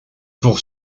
pour